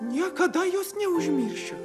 niekada jos neužmiršiu